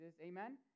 Amen